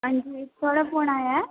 अंजी थुआढ़ा फोन आया